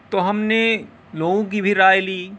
تو ہم نے لوگوں کی بھی رائے لی